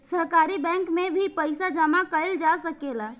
सहकारी बैंक में भी पइसा जामा कईल जा सकेला